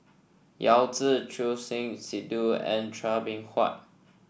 Yao Zi Choor Singh Sidhu and Chua Beng Huat